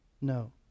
no